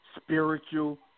spiritual